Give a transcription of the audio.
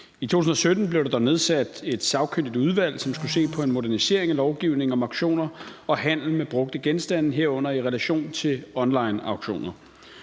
I 2019 blev der nedsat et sagkyndigt udvalg, som skulle se på en modernisering af lovgivningen om auktioner og handel med brugte genstande, herunder i relation til onlineauktioner.